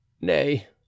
Nay